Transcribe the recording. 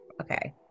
Okay